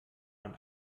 man